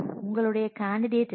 உங்களுடைய கேண்டிடேட் என்ன